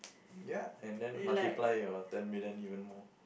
ya and then multiply your ten million even more